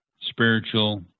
spiritual